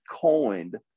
coined